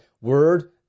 word